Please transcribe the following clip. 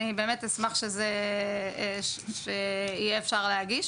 אני באמת אשמח שיהיה אפשר להגיש.